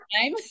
time